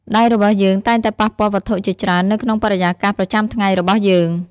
ដៃរបស់យើងតែងតែប៉ះពាល់វត្ថុជាច្រើននៅក្នុងបរិយាកាសប្រចាំថ្ងៃរបស់យើង។